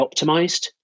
optimized